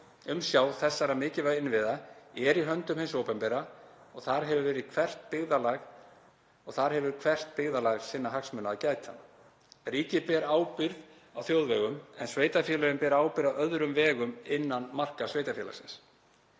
umsjá þessara mikilvægu innviða er í höndum hins opinbera og þar hefur hvert byggðarlag sinna hagsmuna að gæta. Ríkið ber ábyrgð á þjóðvegum en sveitarfélögin bera ábyrgð á öðrum vegum innan marka sveitarfélagsins.